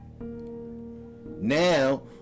now